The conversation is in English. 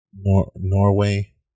Norway